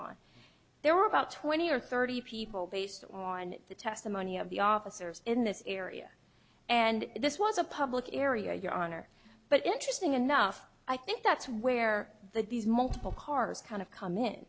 on there were about twenty or thirty people based on the testimony of the officers in this area and this was a public area your honor but interesting enough i think that's where these multiple cars kind of come in